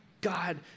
God